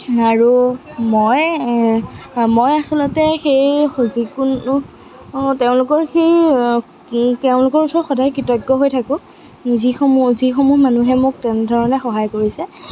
আৰু মই মই আচলতে সেই যিকোনো তেওঁলোকৰ সেই তেওঁলোকৰ ওচৰত সদায় কৃতজ্ঞ হৈ থাকোঁ যিসমূহ যিসমূহ মানুহে মোক তেনেধৰণে সহায় কৰিছে